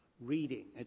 reading